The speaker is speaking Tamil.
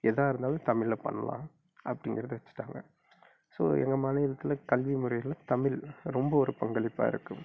எதா இருந்தாலும் தமிழில் பண்ணலாம் அப்படிங்கிறத வச்சிட்டாங்க ஸோ எங்கள் மாதிரி இருக்குல கல்வி முறையில் தமிழ் ரொம்ப ஒரு பங்களிப்பாக இருக்கும்